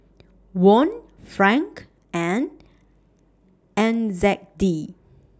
Won Franc and N Z D